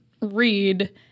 read